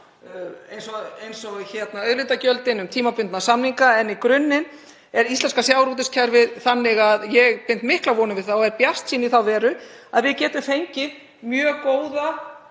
eins og auðlindagjöldin og tímabundna samninga, en í grunninn er íslenska sjávarútvegskerfið þannig að ég bind miklar vonir við það og er bjartsýn í þá veru að við getum fengið mjög góða